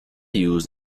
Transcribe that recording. used